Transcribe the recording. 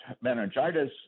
meningitis